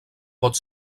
pot